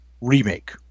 remake